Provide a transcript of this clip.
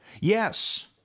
Yes